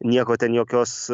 nieko ten jokios